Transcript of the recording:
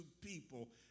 people